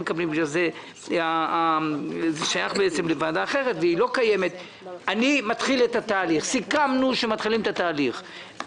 61 לפי חוק מיסוי מקרקעין מגיעות וחייבות לעבור את כל תהליך של סעיף 46,